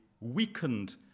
weakened